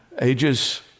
ages